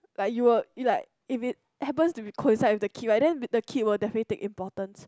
like you'll it like if it happen to coincide with the kid right then the kid will definitely take importance